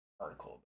article